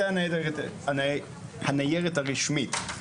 זה הניירת הרשמית.